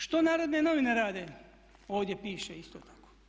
Što Narodne novine rade ovdje piše isto tako.